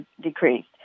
decreased